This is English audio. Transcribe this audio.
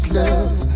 love